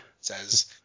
says